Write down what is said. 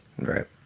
Right